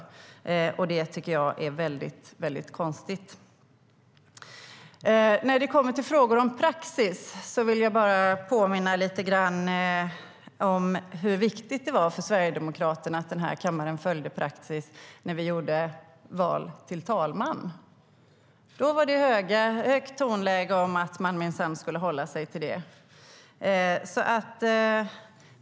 Det tycker jag är mycket konstigt. När det kommer till frågor om praxis vill jag påminna om hur viktigt det var för Sverigedemokraterna att kammaren följde praxis när vi skulle välja talman. Då var tonläget högt om att vi minsann skulle hålla oss till praxis.